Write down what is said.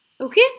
Okay